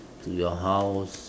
to your house